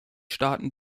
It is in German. staaten